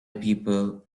people